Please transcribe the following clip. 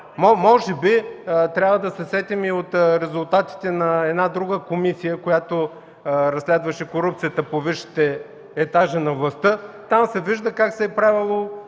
Може би трябва да се сетим и от резултатите на една друга комисия, която разследваше корупцията по висшите етажи на властта. Там се вижда как са се правели